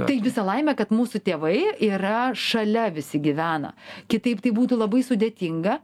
tai visa laimė kad mūsų tėvai yra šalia visi gyvena kitaip tai būtų labai sudėtinga